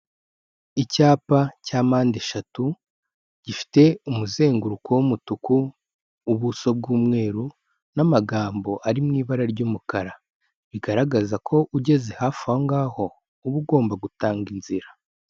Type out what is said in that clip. Icyapa cya mpande eshatu gifite umuzenguruko w'umutuku, ubuso bw'umweru n'amagambo ari mu ibara ry'umukara, bigaragaza ko ugeze hafi aho ngaho uba ugomba gutanga inzira.